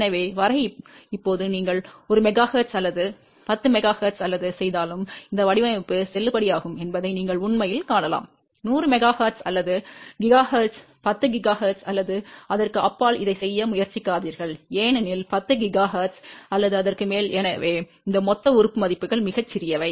எனவே வரை இப்போது நீங்கள் 1 மெகா ஹெர்ட்ஸ் அல்லது 10 மெகா ஹெர்ட்ஸ் அல்லது செய்தாலும் இந்த வடிவமைப்பு செல்லுபடியாகும் என்பதை நீங்கள் உண்மையில் காணலாம் 100 மெகா ஹெர்ட்ஸ் அல்லது 1 ஜிகாஹெர்ட்ஸ் 10 ஜிகாஹெர்ட்ஸ் அல்லது அதற்கு அப்பால் இதைச் செய்ய முயற்சிக்காதீர்கள் ஏனெனில் 10 ஜிகாஹெர்ட்ஸ் அல்லது அதற்கு மேல் எனவே இந்த மொத்த உறுப்பு மதிப்புகள் மிகச் சிறியவை